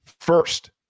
first